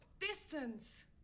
Distance